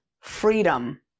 freedom